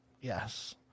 Yes